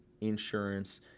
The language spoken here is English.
insurance